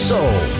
Soul